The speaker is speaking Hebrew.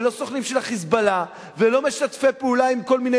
ולא סוכנים של ה"חיזבאללה" ולא משתפי פעולה עם כל מיני